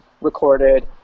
recorded